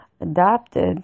adopted